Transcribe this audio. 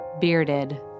bearded